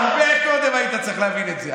הרבה קודם היית צריך להבין את זה.